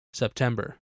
September